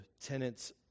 tenants